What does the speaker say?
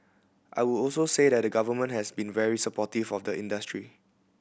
I would also say that the Government has been very supportive of the industry